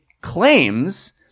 claims